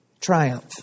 Triumph